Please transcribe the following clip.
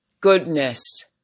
goodness